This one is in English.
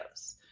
videos